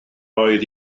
oedd